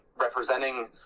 representing